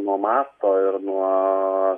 nuo masto ir nuo